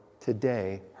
today